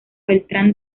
beltrán